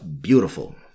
beautiful